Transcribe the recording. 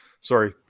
Sorry